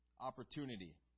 opportunity